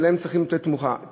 שלהם צריך לתת תמיכה,